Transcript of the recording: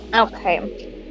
Okay